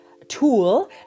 tool